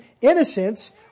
innocence